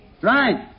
Right